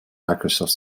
microsoft